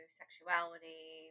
sexuality